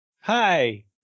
Hi